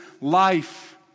life